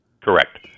Correct